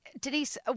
Denise